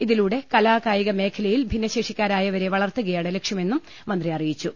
ഇതിലൂടെ കലാകായിക മേഖലയിൽ ഭിന്നശേഷിക്കാരായ വരെ വളർത്തുകയാണ് ലക്ഷ്യമെന്നും മന്ത്രി അറിയിച്ചു